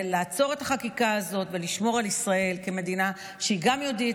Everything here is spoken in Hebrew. לעצור את החקיקה הזאת ולשמור על ישראל כמדינה שהיא גם יהודית